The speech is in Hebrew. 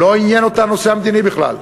ולא עניין אותה הנושא המדיני בכלל.